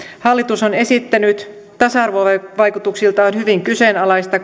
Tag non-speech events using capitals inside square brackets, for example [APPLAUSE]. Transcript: hallitus on esittänyt tasa arvovaikutuksiltaan hyvin kyseenalaista [UNINTELLIGIBLE]